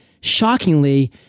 shockingly